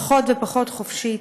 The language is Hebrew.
פחות ופחות חופשית.